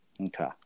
Okay